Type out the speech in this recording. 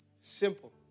Simple